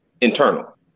internal